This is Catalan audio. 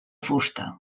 fusta